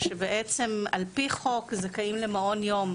שבעצם על פי חוק זכאים למעון יום.